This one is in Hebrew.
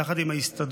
ביחד עם ההסתדרות,